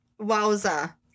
Wowza